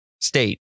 state